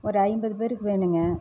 ஒரு ஐம்பது பேருக்கு வேணுங்க